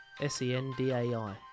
S-E-N-D-A-I